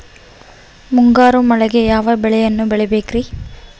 ಮುಂಗಾರು ಮಳೆಗೆ ಯಾವ ಬೆಳೆಯನ್ನು ಬೆಳಿಬೇಕ್ರಿ?